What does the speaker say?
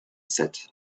set